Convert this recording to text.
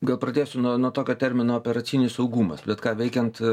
gal pradėsiu nuo nuo tokio termino operacinis saugumas bet ką veikiant